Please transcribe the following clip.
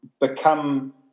become